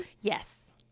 Yes